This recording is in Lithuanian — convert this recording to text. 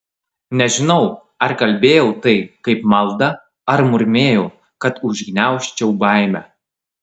nežinau ar kalbėjau tai kaip maldą ar murmėjau kad užgniaužčiau baimę